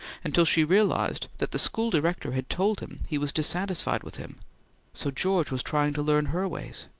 until she realized that the school director had told him he was dissatisfied with him so george was trying to learn her ways.